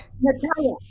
Natalia